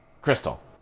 Crystal